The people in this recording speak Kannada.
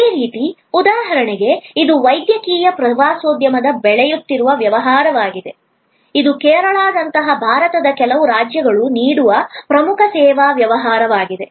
ಅದೇ ರೀತಿ ಉದಾಹರಣೆಗೆ ಇದು ವೈದ್ಯಕೀಯ ಪ್ರವಾಸೋದ್ಯಮದ ಬೆಳೆಯುತ್ತಿರುವ ವ್ಯವಹಾರವಾಗಿದೆ ಇದು ಕೇರಳದಂತಹ ಭಾರತದ ಕೆಲವು ರಾಜ್ಯಗಳು ನೀಡುವ ಪ್ರಮುಖ ಸೇವಾ ವ್ಯವಹಾರವಾಗಿದೆ